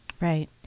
Right